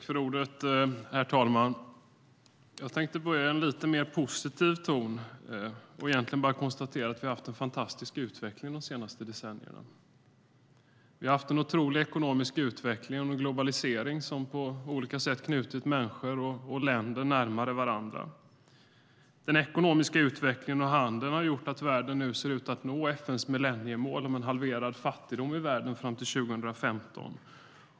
Herr talman! Jag tänkte börja i en lite mer positiv ton genom att konstatera att vi har haft en fantastisk utveckling de senaste decennierna. Vi har haft en otrolig ekonomisk utveckling och en globalisering som på olika sätt knutit människor och länder närmare varandra. Den ekonomiska utvecklingen och handeln har gjort att världen når FN:s millenniemål om halverad fattigdom i världen till 2015.